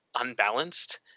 unbalanced